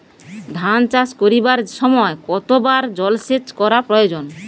ধান চাষ করিবার সময় কতবার জলসেচ করা প্রয়োজন?